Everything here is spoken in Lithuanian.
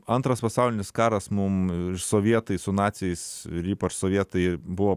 antras pasaulinis karas mum ir sovietai su naciais ir ypač sovietai buvo